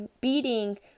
beating